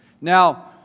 Now